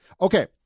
Okay